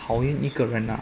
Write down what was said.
讨厌一个人